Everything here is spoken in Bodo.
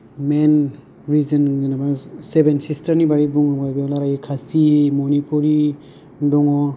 मेइन नि जों जेनेबा सेभेन सिस्तार नि बारै बुंङोबा रायलायो खासि मनिपुरी दङ